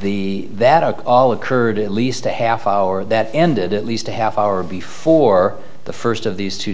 the that all occurred at least a half hour that ended at least a half hour before the first of these two